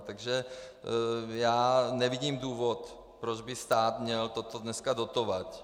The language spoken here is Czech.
Takže já nevidím důvod, proč by stát měl toto dneska dotovat.